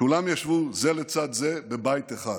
כולם ישבו זה לצד זה בבית אחד.